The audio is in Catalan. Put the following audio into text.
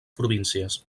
províncies